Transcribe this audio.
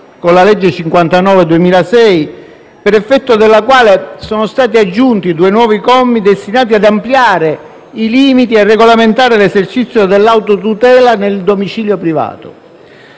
con la legge n. 59 del 2006, per effetto della quale sono stati aggiunti due nuovi commi destinati ad ampliare i limiti e regolamentare l'esercizio dell'autotutela nel domicilio privato,